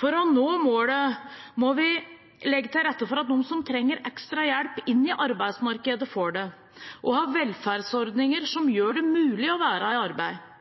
For å nå målet må vi legge til rette for at de som trenger ekstra hjelp inn i arbeidsmarkedet, får det og ha velferdsordninger som gjør det mulig å være i arbeid.